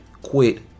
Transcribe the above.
quit